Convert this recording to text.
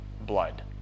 blood